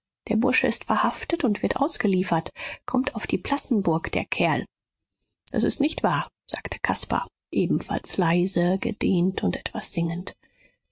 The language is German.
der bursche ist verhaftet und wird ausgeliefert kommt auf die plassenburg der kerl das ist nicht wahr sagte caspar ebenfalls leise gedehnt und etwas singend